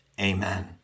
Amen